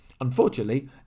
Unfortunately